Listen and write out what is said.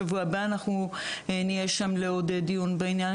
בשבוע הבא נהיה שם לעוד דיון בעניין.